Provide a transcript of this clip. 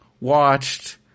watched –